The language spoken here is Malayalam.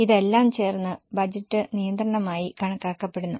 ഇതെല്ലാം ചേർന്ന് ബജറ്റ് നിയന്ത്രണമായി കണക്കാക്കപ്പെടുന്നു